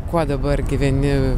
kuo dabar gyveni